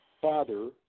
father